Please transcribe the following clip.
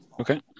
Okay